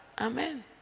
Amen